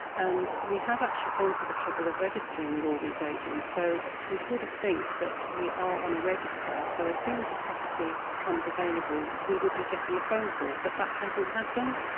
and we have actually gone to the trouble of registering with all these agents so we sort of think that we are on a register so as soon as a property comes available we would be getting a phone call but that doesn't happen.